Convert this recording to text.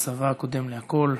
הבן מהצבא קודם לכול.